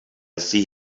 see